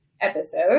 episode